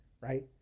right